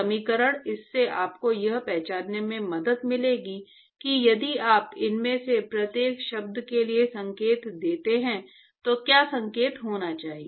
समीकरण इससे आपको यह पहचानने में मदद मिलेगी कि यदि आप इनमें से प्रत्येक शब्द के लिए संकेत देते हैं तो क्या संकेत होना चाहिए